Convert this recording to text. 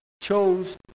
chose